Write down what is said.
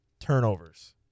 turnovers